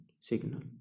signal